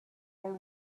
all